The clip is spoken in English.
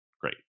great